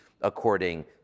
according